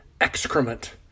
excrement